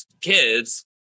kids